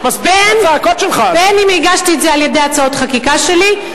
בין בהגשת הצעות חקיקה שלי,